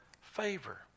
favor